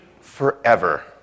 forever